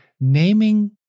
naming